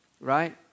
right